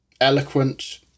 eloquent